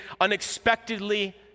unexpectedly